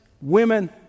women